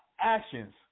actions